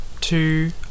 two